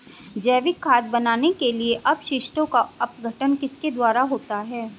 जैविक खाद बनाने के लिए अपशिष्टों का अपघटन किसके द्वारा होता है?